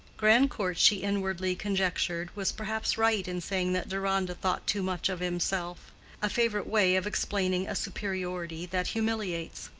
grandcourt, she inwardly conjectured, was perhaps right in saying that deronda thought too much of himself a favorite way of explaining a superiority that humiliates.